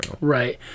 right